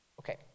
okay